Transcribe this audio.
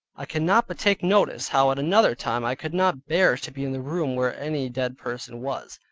i cannot but take notice how at another time i could not bear to be in the room where any dead person was,